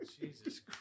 Jesus